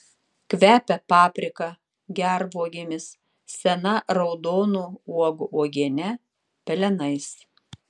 kvepia paprika gervuogėmis sena raudonų uogų uogiene pelenais